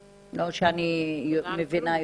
לא שהבנתי יותר,